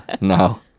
No